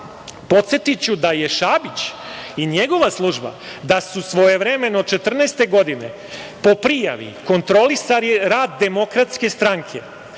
podsetiću da je Šabić i njegova služba, da su svojevremeno 2014. godine po prijavi kontrolisali rad DS i podneo